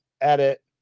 edit